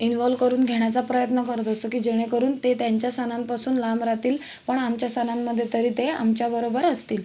involve करून घेण्याचा प्रयत्न करत असतो की जेणेकरून ते त्यांच्या सणांपासून लांब राहतील पण आमच्या सणांमध्ये तरी ते आमच्या बरोबर असतील